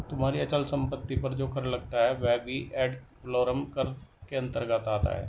तुम्हारी अचल संपत्ति पर जो कर लगता है वह भी एड वलोरम कर के अंतर्गत आता है